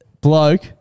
Bloke